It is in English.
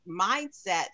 mindset